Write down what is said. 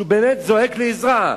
שבאמת זועק לעזרה.